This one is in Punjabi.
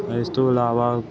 ਇਸ ਤੋਂ ਇਲਾਵਾ